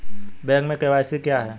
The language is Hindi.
बैंक में के.वाई.सी क्या है?